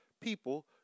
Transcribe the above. people